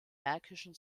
märkischen